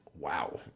Wow